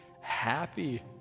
happy